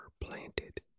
planted